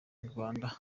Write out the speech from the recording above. rwanda